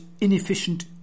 inefficient